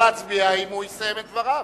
אפשר להצביע אם הוא יסיים את דבריו.